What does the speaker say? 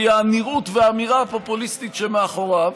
היא הנראות והאמירה הפופוליסטית שמאחוריו.